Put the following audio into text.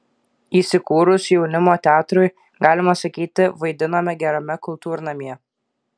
įsikūrus jaunimo teatrui galima sakyti vaidinome gerame kultūrnamyje